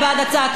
תודה רבה.